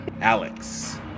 Alex